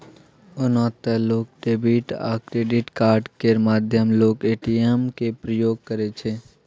ओना तए लोक डेबिट आ क्रेडिट कार्ड केर माध्यमे लोक ए.टी.एम केर प्रयोग करै छै